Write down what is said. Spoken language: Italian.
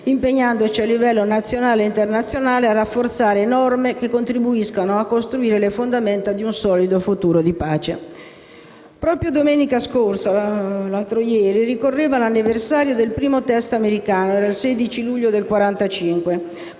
impegnandoci, a livello nazionale e internazionale, a rafforzare norme che contribuiscano a costruire le fondamenta di un solido futuro di pace. Proprio domenica scorsa è ricorso l'anniversario del primo *test* americano: era il 16 luglio 1945.